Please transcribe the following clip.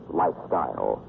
lifestyle